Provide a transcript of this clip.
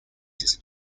his